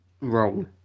Wrong